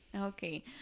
Okay